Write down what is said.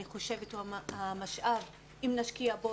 אני חושבת שאם נשקיע במשאב הזה,